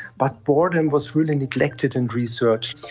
but boredom was really neglected in research.